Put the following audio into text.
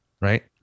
Right